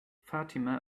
fatima